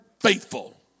faithful